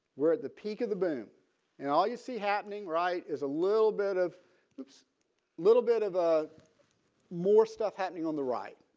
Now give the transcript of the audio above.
we're at the peak of the boom and all you see happening right is a little bit of a little bit of ah more stuff happening on the right.